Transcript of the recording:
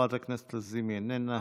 חברת הכנסת לזימי איננה,